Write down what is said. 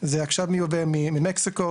זה עכשיו מיובא ממקסיקו,